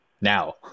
now